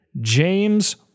James